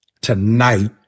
Tonight